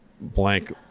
blank